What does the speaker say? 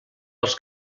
als